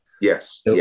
Yes